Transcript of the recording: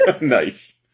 Nice